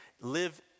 live